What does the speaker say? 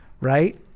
Right